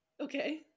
Okay